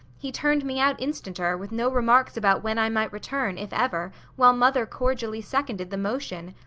he turned me out instanter, with no remarks about when i might return, if ever, while mother cordially seconded the motion.